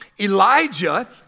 Elijah